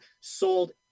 sold